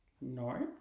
north